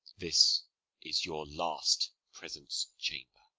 this is your last presence-chamber.